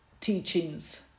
teachings